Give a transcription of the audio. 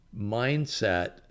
mindset